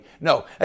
no